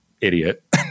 idiot